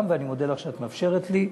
ואני מודה לך על כך שאת מאפשרת לי.